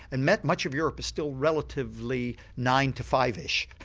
and meant much of europe is still relatively nine to five ish,